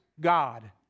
God